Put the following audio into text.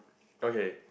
okay